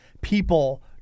people